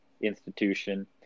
institution